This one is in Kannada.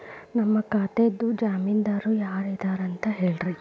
ನನ್ನ ಖಾತಾದ್ದ ಜಾಮೇನದಾರು ಯಾರ ಇದಾರಂತ್ ಹೇಳ್ತೇರಿ?